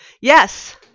Yes